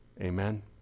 Amen